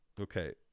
Okay